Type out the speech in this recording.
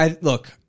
Look